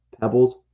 Pebbles